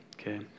okay